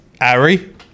Ari